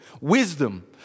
Wisdom